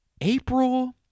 April